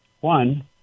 One